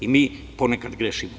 I, mi ponekad grešimo.